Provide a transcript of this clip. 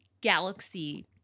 galaxy